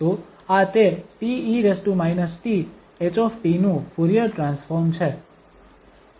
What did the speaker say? તો આ તે te t H નું ફુરીયર ટ્રાન્સફોર્મ છે